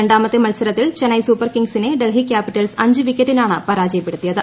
രണ്ടാമത്തെ മത്സരത്തിൽ ചെന്നൈ സൂപ്പർകിംഗ്സിനെ ഡൽഹി ക്യാപിറ്റൽസ് അഞ്ച് വിക്കറ്റിനാണ് പരാജയപ്പെടുത്തിയത്